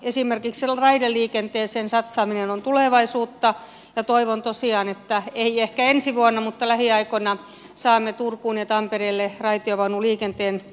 esimerkiksi raideliikenteeseen satsaaminen on tulevaisuutta ja toivon tosiaan että ei ehkä ensi vuonna mutta lähiaikoina saamme tampereelle raitiovaunuliikenteen ja turkuun raitiovaunut takaisin